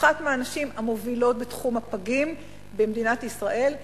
אחת מהנשים המובילות בתחום הפגים במדינת ישראל.